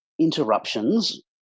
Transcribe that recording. interruptions